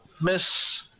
Miss